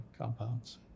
compounds